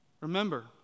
remember